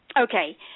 Okay